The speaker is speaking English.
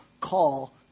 call